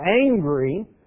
angry